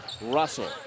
Russell